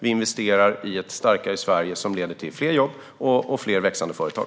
Vi investerar i ett starkare Sverige som leder till fler jobb och fler växande företag.